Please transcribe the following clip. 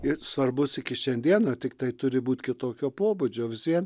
ir svarbus iki šiandien tiktai turi būt kitokio pobūdžio vis vien